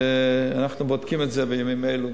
ואנחנו בודקים את זה בימים אלו,